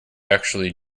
actually